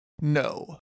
no